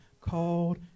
called